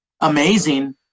amazing